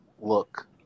look